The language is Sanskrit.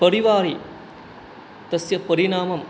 परिवारे तस्य परिणामः